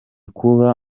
kuba